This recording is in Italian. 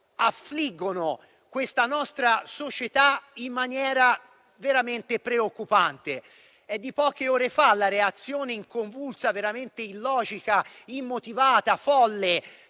affliggono questa nostra società in maniera veramente preoccupante. È di poche ore fa la reazione convulsa, veramente illogica, immotivata e folle